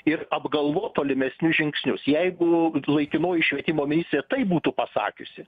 ir apgalvot tolimesnius žingsnius jeigu laikinoji švietimo ministrė tai būtų pasakiusi